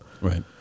right